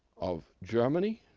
of germany,